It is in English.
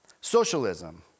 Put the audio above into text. socialism